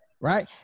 right